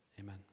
Amen